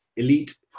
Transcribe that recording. elite